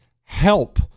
help